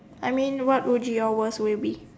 I mean what would be your worst way